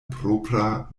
propra